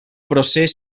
procés